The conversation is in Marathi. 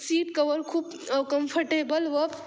सीट कवर खूप कम्फर्टेबल व